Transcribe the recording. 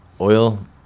oil